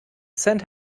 send